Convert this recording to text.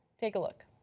take a look.